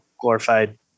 glorified